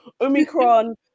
Omicron